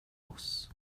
oss